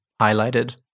highlighted